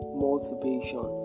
motivation